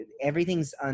Everything's